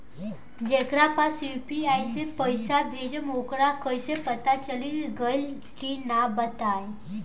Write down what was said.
जेकरा पास यू.पी.आई से पईसा भेजब वोकरा कईसे पता चली कि गइल की ना बताई?